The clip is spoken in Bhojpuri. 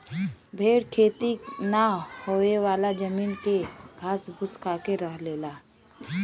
भेड़ खेती ना होयेवाला जमीन के घास फूस खाके रह लेला